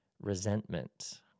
resentment